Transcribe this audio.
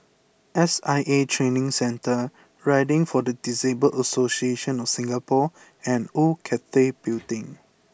S I A Training Centre Riding for the Disabled Association of Singapore and Old Cathay Building